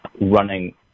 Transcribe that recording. running